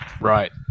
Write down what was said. Right